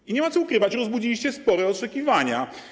I nie ma co ukrywać, rozbudziliście spore oczekiwania.